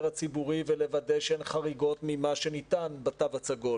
הציבורי ולוודא שאין חריגות ממה שניתן בתו הסגול,